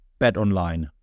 BetOnline